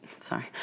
sorry